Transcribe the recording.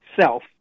self